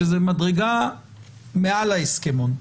שזו מדרגה מעל ההסכמון.